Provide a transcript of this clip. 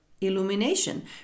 illumination